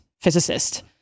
physicist